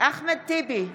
אחמד טיבי,